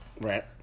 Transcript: Right